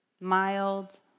mild